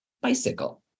bicycle